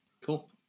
Cool